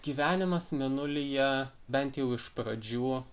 gyvenimas mėnulyje bent jau iš pradžių